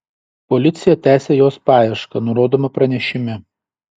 policija tęsią jos paiešką nurodoma pranešime